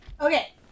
Okay